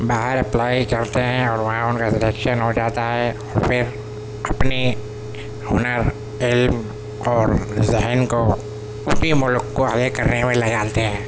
باہر اپلائی کرتے ہیں اور وہاں ان کا سلیکشن ہو جاتا ہے اور پھر اپنے ہنر علم اور ذہن کو اسی ملک کو آگے کرنے میں لگاتے ہیں